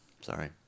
Sorry